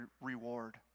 reward